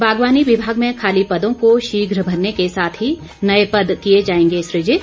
बागवानी विमाग में खाली पदों को शीघ भरने के साथ ही नए पद किए जाएंगे सूजित